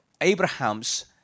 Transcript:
Abraham's